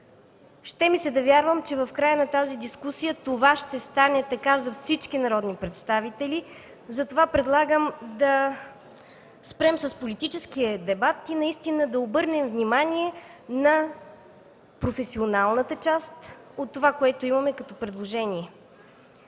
Ще ми се да вярвам, че в края на тази дискусия това ще стане така за всички народни представители, затова предлагам да спрем с политическия дебат и да обърнем внимание на професионалната част от това, което имаме като предложение.